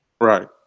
Right